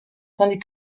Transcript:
tandis